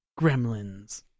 gremlins